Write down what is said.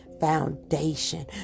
foundation